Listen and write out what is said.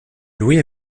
louis